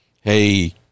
hey